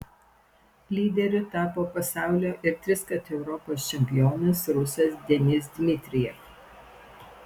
lyderiu tapo pasaulio ir triskart europos čempionas rusas denis dmitrijev